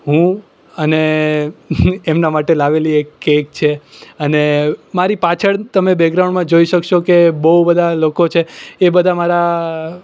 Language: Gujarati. હું અને એમનાં માટે લાવેલી એક કેક છે અને મારી પાછળ તમે બેકગ્રાઉન્ડમાં જોઈ શકશો કે બહુ બધાં લોકો છે એ બધા મારા